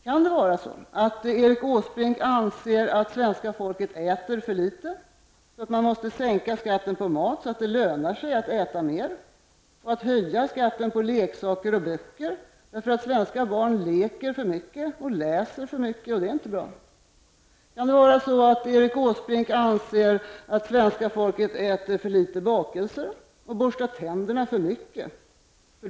Kan det vara så att Erik Åsbrink anser att svenska folket äter för litet, att man måste sänka skatten på mat så att det lönar sig att äta mer och höja skatten på leksaker och böcker därför att svenska barn leker för mycket och läser för mycket? Kan det vara så att Erik Åsbrink anser att svenska folket äter för litet bakelser och borstar tänderna för mycket?